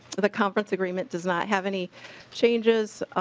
the conference agreement does not have any changes